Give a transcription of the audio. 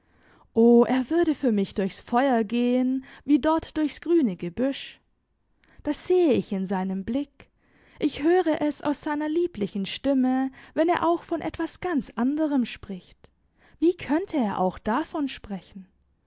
o er würde für mich durchs feuer gehen wie dort durchs grüne gebüsch das sehe ich in seinem blick ich höre es aus seiner lieblichen stimme wenn er auch von etwas ganz anderem spricht wie könnte er auch davon sprechen